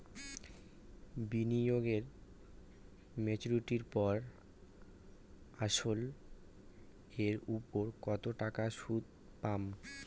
বিনিয়োগ এ মেচুরিটির পর আসল এর উপর কতো টাকা সুদ পাম?